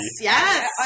Yes